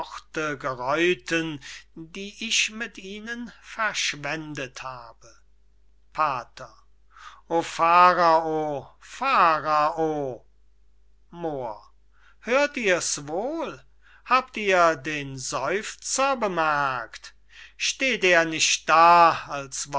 die ich mit ihnen verschwendet habe pater o pharao pharao moor hört ihr's wohl habt ihr den seufzer bemerkt steht er nicht da als